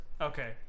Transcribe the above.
Okay